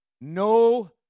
No